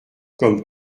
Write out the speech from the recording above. comme